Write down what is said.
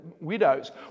widows